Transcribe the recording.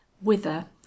whither